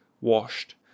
Washed